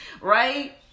Right